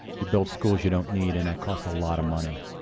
you build schools you don't need, and that costs a lot of money.